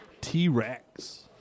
T-Rex